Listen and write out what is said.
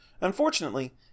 Unfortunately